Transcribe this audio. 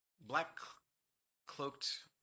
black-cloaked